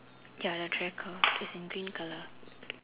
ya the tracker is in green colour